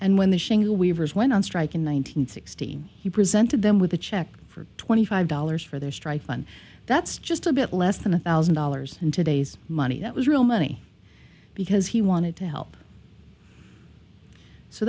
weavers went on strike in one nine hundred sixty he presented them with a check for twenty five dollars for their strike fund that's just a bit less than a thousand dollars in today's money that was real money because he wanted to help so